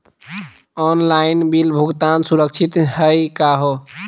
Online bill भुगतान सुरक्षित हई का हो?